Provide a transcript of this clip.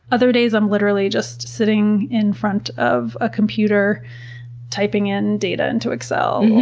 other days i'm literally just sitting in front of a computer typing in data into excel,